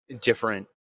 different